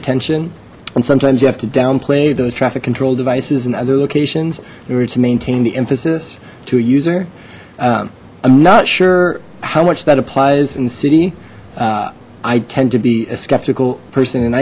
attention and sometimes you have to downplay those traffic control devices and other locations in order to maintain the emphasis to a user i'm not sure how much that applies in the city i tend to be a skeptical person and